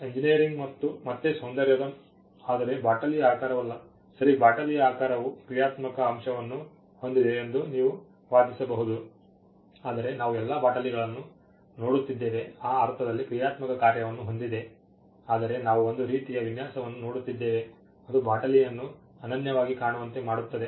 engineering ಮತ್ತೆ ಸೌಂದರ್ಯದ ಆದರೆ ಬಾಟಲಿಯ ಆಕಾರವಲ್ಲ ಸರಿ ಬಾಟಲಿಯ ಆಕಾರವು ಕ್ರಿಯಾತ್ಮಕ ಅಂಶವನ್ನು ಹೊಂದಿದೆ ಎಂದು ನೀವು ವಾದಿಸಬಹುದು ಆದರೆ ನಾವು ಎಲ್ಲಾ ಬಾಟಲಿಗಳನ್ನು ನೋಡುತ್ತಿದ್ದೇವೆ ಆ ಅರ್ಥದಲ್ಲಿ ಕ್ರಿಯಾತ್ಮಕ ಕಾರ್ಯವನ್ನು ಹೊಂದಿದೆ ಆದರೆ ನಾವು ಒಂದು ರೀತಿಯ ವಿನ್ಯಾಸವನ್ನು ನೋಡುತ್ತಿದ್ದೇವೆ ಅದು ಬಾಟಲಿಯನ್ನು ಅನನ್ಯವಾಗಿ ಕಾಣುವಂತೆ ಮಾಡುತ್ತದೆ